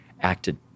acted